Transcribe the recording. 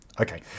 Okay